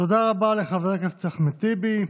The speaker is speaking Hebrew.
תודה לחבר הכנסת אחמד טיבי.